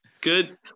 Good